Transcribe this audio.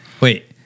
Wait